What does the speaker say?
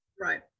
right